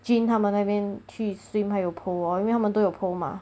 jean 他们那边去 swim 还有 pole oh 因为他们都有 pole mah